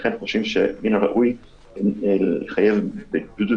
לכן אנחנו חושבים שמן הראוי לחייב בידוד